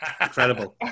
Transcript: Incredible